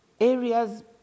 areas